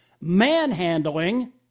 Manhandling